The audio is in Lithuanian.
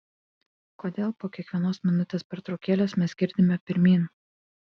kodėl po kiekvienos minutės pertraukėlės mes girdime pirmyn